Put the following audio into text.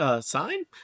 sign